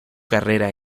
carrera